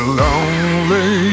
lonely